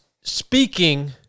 speaking